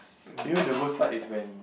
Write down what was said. you know the worst part is when